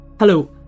Hello